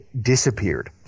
disappeared